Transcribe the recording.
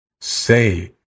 say